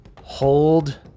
hold